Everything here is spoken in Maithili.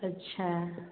अच्छा